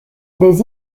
des